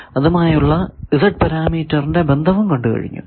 അതുമായുള്ള Z പരാമീറ്ററിന്റെ ബന്ധവും കണ്ടു കഴിഞ്ഞു